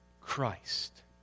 Christ